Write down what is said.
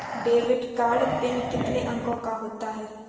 Debit card PIN कितने अंकों का होता है?